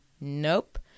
Nope